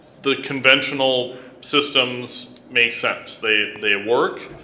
the conventional systems make sense. they they work,